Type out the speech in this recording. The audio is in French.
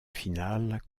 finale